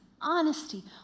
honesty